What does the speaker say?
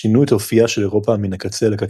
שינו את אופייה של אירופה מן הקצה אל הקצה.